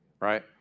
right